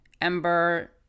Ember